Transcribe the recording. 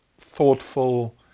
thoughtful